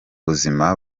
buzima